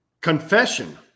confession